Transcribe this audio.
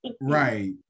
Right